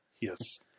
Yes